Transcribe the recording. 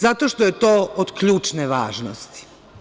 Zato što je to od ključne važnosti.